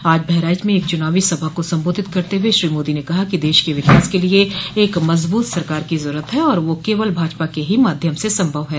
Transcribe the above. आज बहराइच में एक चुनावी सभा को संबोधित करते हुए श्री मोदी ने कहा कि देश के विकास के लिये एक मजबूत सरकार की जरूरत है और वह केवल भाजपा के ही माध्यम से संभव है